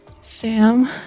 Sam